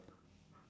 you know what I mean